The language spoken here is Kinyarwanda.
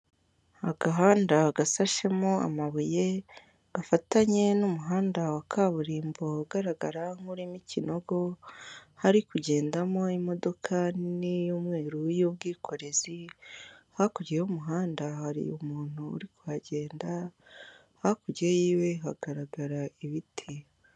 Ahantu ku muhanda hashinze imitaka ibiri umwe w'umuhondo n'undi w'umutuku gusa uw'umuhonda uragaragaramo ibirango bya emutiyeni ndetse n'umuntu wicaye munsi yawo wambaye ijiri ya emutiyeni ndetse n'ishati ari guhereza umuntu serivise usa n'uwamugannye uri kumwaka serivise arimo aramuha telefone ngendanwa. Hakurya yaho haragaragara abandi bantu barimo baraganira mbese bari munsi y'umutaka w'umutuku.